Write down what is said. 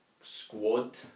squad